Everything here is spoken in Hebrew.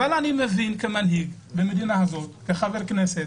אני מבין כמנהג וכחבר כנסת